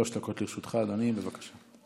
שלוש דקות לרשותך, אדוני, בבקשה.